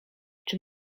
czy